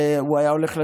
והוא היה הולך לתפילה,